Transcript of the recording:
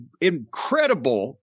incredible